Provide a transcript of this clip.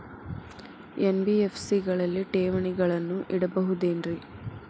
NBFC ಗಳಲ್ಲಿ ಠೇವಣಿಗಳನ್ನು ಇಡಬಹುದೇನ್ರಿ?